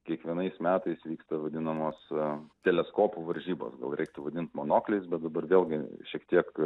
kiekvienais metais vyksta vadinamos teleskopų varžybos gal reiktų vadint monokliais bet dabar vėlgi šiek tiek